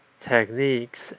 techniques